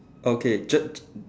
okay jut